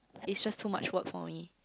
is just too much work for me